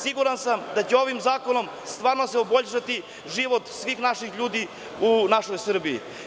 Siguran sam da će se ovim zakonom stvarno poboljšati život svih naših ljudi u našoj Srbiji.